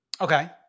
Okay